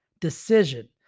decision